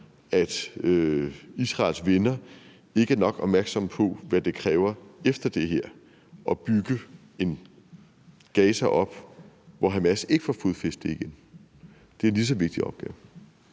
at Israels venner ikke er opmærksomme nok på, hvad det kræver efter det her for at bygge et Gaza op, hvor Hamas ikke får fodfæste igen. Det er en lige så vigtig opgave.